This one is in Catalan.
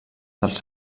dels